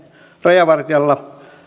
rajavartijalla